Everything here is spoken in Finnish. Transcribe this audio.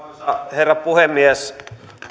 herra puhemies